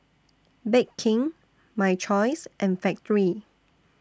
Bake King My Choice and Factorie